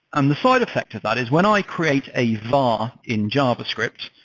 um the side effect of that is when i create a var in javascript,